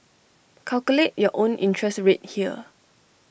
calculate your own interest rate here